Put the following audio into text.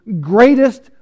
greatest